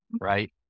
right